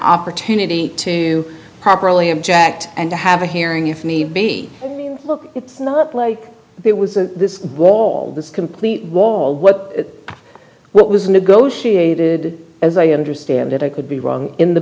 opportunity to properly object and to have a hearing if need be it's not like it was a wall this complete wall what what was negotiated as i understand it i could be wrong in the